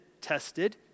tested